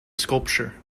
sculpture